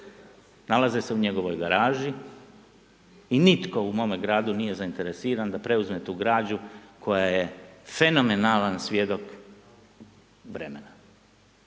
Nalaze se u njegovoj garaži i nitko u mome gradu nije zainteresiran da preuzme tu građu koja je fenomenalan svjedok vremena.